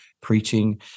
preaching